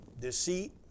deceit